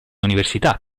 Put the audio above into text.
università